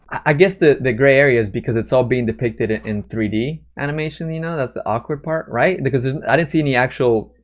i guess the the gray area is because it's all being depicted ah in three d animation, you know? that's the awkward part, right? because there's i didn't see any actual